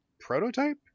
prototype